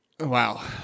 wow